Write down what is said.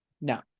no